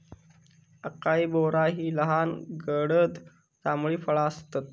acai बोरा ही लहान गडद जांभळी फळा आसतत